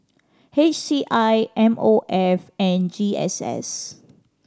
H C I M O F and G S S